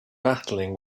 battling